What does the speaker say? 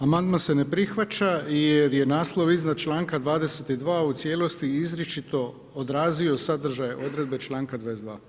Amandman se ne prihvaća jer je naslov iznad članka 22 u cijelosti izričito odrazio sadržaje odredbe članka 22.